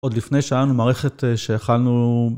עוד לפני שהיה לנו מערכת שיכלנו...